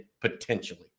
potentially